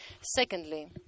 Secondly